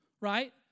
right